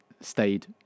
stayed